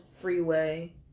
Freeway